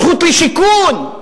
הזכות לשיכון.